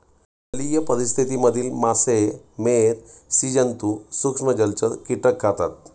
जलीय परिस्थिति मधील मासे, मेध, स्सि जन्तु, सूक्ष्म जलचर, कीटक खातात